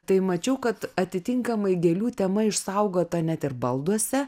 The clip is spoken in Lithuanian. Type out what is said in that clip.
tai mačiau kad atitinkamai gėlių tema išsaugota net ir balduose